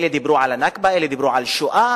אלה דיברו על ה"נכבה", אלה דיברו על שואה.